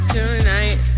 Tonight